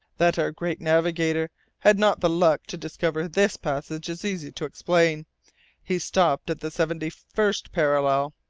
that our great navigator had not the luck to discover this passage is easy to explain he stopped at the seventy-first parallel!